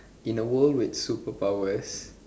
in a world with superpowers